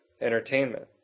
entertainment